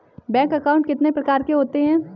Bank account कितने प्रकार के होते हैं?